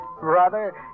Brother